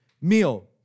meal